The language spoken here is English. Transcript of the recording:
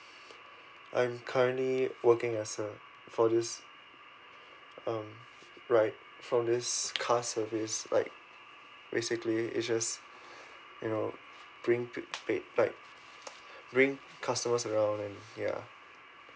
I'm currently working as a for this um right from this car service like basically it just you know bring bring customers around and ya